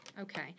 Okay